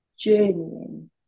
journeying